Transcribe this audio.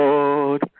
Lord